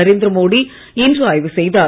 நரேந்திர மோடி இன்று ஆய்வு செய்தார்